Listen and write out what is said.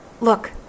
Look